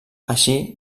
així